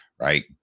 right